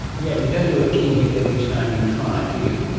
yeah you don't do a king hit every time you try, do you.